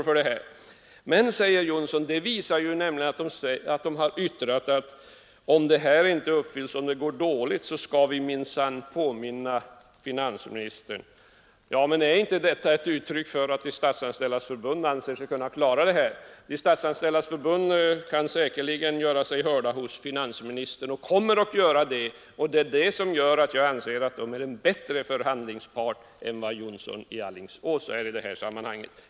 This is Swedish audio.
Förbundet har, säger herr Jonsson, yttrat att man om det går dåligt minsann skall påminna finansministern. Men är inte det ett uttryck för att Statsanställdas förbund anser sig kunna klara det här? Statsanställdas förbund kan säkerligen göra sig hört hos finansministern, och kommer att göra det, och det är därför jag anser att förbundet är en bättre förhandlingspart än herr Jonsson i Alingsås i detta sammanhang.